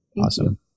Awesome